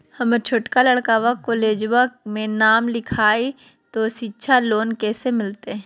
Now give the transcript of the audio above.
हमर छोटका लड़कवा कोलेजवा मे नाम लिखाई, तो सिच्छा लोन कैसे मिलते?